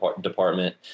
department